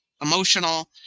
emotional